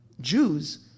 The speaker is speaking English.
Jews